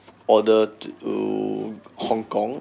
order to hong kong